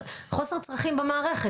חוסר צרכים במערכת.